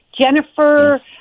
Jennifer